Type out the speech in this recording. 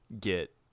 get